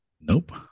Nope